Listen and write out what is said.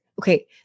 okay